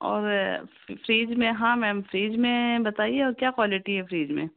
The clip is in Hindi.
और फ्रीज़ में हाँ मैम फ्रीज़ में बताइए और क्या क्वालिटी है फ्रीज़ में